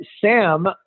Sam